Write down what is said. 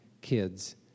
kids